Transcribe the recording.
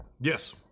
Yes